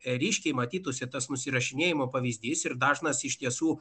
ryškiai matytųsi tas nusirašinėjimo pavyzdys ir dažnas iš tiesų